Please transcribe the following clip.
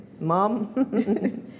Mom